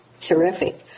Terrific